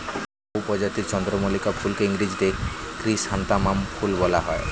বহু প্রজাতির চন্দ্রমল্লিকা ফুলকে ইংরেজিতে ক্রিস্যান্থামাম ফুল বলা হয়